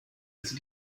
ist